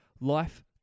Life